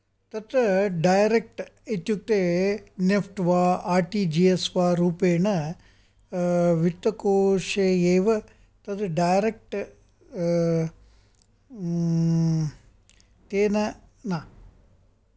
तत्र डैरेक्ट् इत्युक्ते नेफ्ट् वा आर् टि जि एस् वा रुपेण वित्तकोशे एव डैरेक्ट् तेन